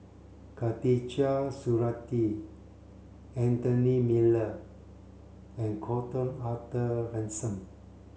Khatijah Surattee Anthony Miller and Gordon Arthur Ransome